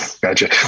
Gotcha